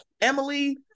Emily